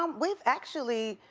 um we've actually,